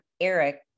Eric